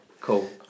Cool